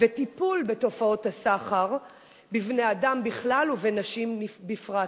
ובטיפול בתופעות הסחר בבני-אדם בכלל ובנשים בפרט.